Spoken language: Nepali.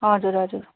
हजुर हजुर